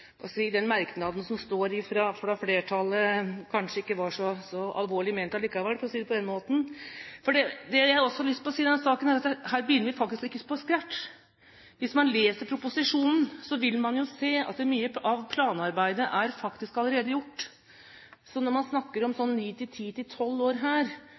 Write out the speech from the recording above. den merknaden fra flertallet kanskje ikke var så alvorlig ment allikevel – for å si det på den måten. Det jeg også har lyst til å si i denne saken, er at her begynner vi faktisk ikke på scratch. Hvis man leser proposisjonen, vil man jo se at mye av planarbeidet faktisk allerede er gjort. Så når man snakker om ni, ti til tolv år her